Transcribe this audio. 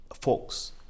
folks